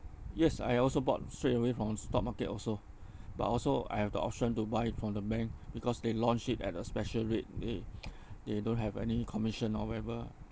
yes I also bought straight away from stock market also but also I have the option to buy it from the bank because they launch it at a special rate they they don't have any commission or whatever